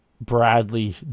Bradley